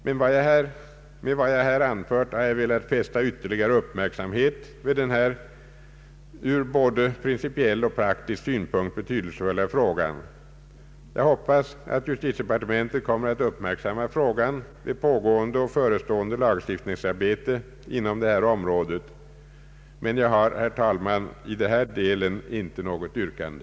Med vad jag anfört har jag velat fästa ytterligare uppmärksamhet vid denna ur både principiell och praktisk synpunkt betydelsefulla fråga. Jag hoppas att justitiedepartementet kommer att uppmärksamma frågan vid pågående och förestående lagstiftningsarbete inom detta område. Jag har, herr talman, i denna del intet yrkande.